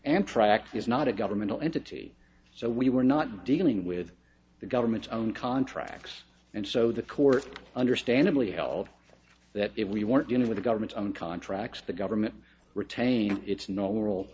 and tract is not a governmental entity so we were not dealing with the government's own contracts and so the courts understandably held that if we weren't going with government contracts the government retains its normal